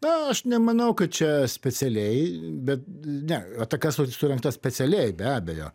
na aš nemanau kad čia specialiai bet ne ataka su surengta specialiai be abejo